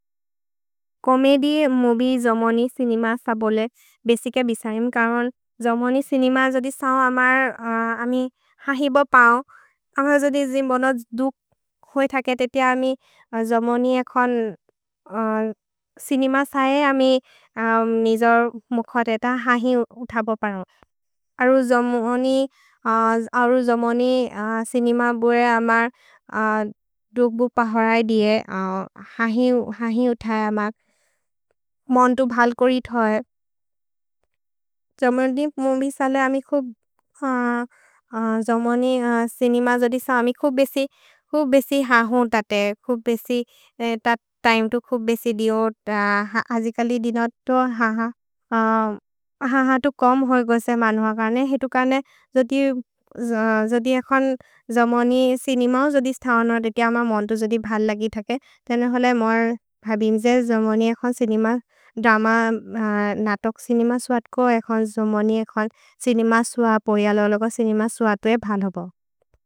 Comedy, movie, जोमोनि, cinema स बोले बेसिके बिसयेम्, करोन् जोमोनि चिनेम जोदि सओ अमर् अमि हहि ब पओ, अम जोदि जिम्बोन दुक् होइ थ केतेति अमि जोमोनि एकोन् चिनेम सए अमि निजोर् मुख देत हहि उथ ब पओ। अरु जोमोनि चिनेम बोले अमर् दुक् बु पहरै दिये हहि उथै अमक्, मोन्दु भल् कोरि थए। जोमोनि चिनेम जोदि स अमि खुब् बेसि ह हुन् तते, खुब् बेसि त तिमे तु खुब् बेसि दिओ। अजिकलि दिनोत्तो हह, हह तु कोम् होइ गोसे मनुअ कर्ने, हितु कर्ने जोदि एकोन् जोमोनि चिनेम जोदि स्थवनो देति अम मोन्दु जोदि भल् लगि थके। तेने होल मोर् भबिम् जे जोमोनि एकोन् चिनेम द्रम, नतक् चिनेम स्वत् को, एकोन् जोमोनि एकोन् चिनेम स्वत्, पोयलो लोको चिनेम स्वत् होइ भल् होबो।